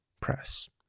Press